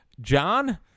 John